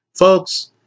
Folks